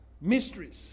mysteries